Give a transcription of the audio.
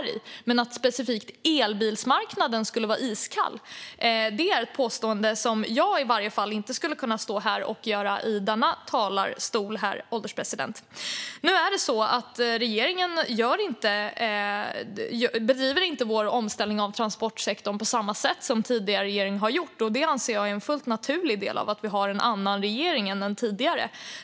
Men, herr ålderspresident, att specifikt elbilsmarknaden skulle vara iskall är ett påstående som åtminstone jag inte skulle kunna stå och göra i denna talarstol. Regeringen bedriver inte vår omställning av transportsektorn på samma sätt som tidigare regering har gjort, och det anser jag är en fullt naturlig del av att vi har en annan regering än tidigare.